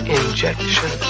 injection